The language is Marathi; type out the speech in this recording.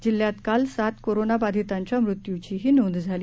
जिल्ह्यात काल सात कोरोनाबाधितांच्या मृत्यूचीही नोंद झाली